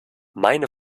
meine